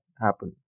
happen